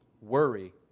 Worry